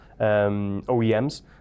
OEMs